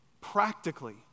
practically